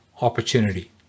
opportunity